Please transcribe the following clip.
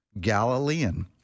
Galilean